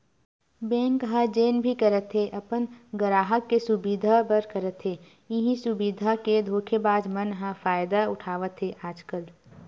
bank ह जेन भी करत हे अपन गराहक के सुबिधा बर करत हे, इहीं सुबिधा के धोखेबाज मन ह फायदा उठावत हे आजकल